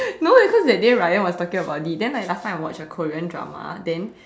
no because that day Ryan was talking about it then last time I watched a Korean drama then